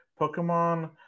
Pokemon